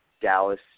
Dallas